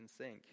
sink